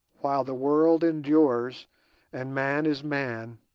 while the world endures and man is man,